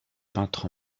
peintre